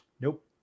nope